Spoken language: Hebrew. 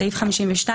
סעיף 52,